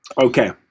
Okay